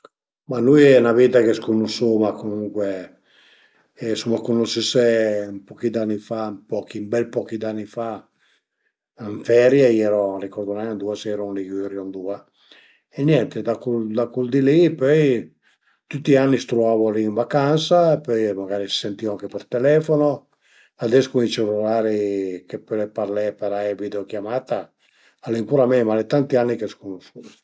Ma ültimamet sun stait sun stait a Desenzano del Garda, ën grüp, nos grüp di marinai, marinai dë Pineröl, al e staita ün'esperiensa propi bela, anche perché a i era tantissima gent, a saran staie sesënt persun-e sesënt marinai, pi i respunsabil e cula gent li, comuncue al e staita 'na giurnà belissima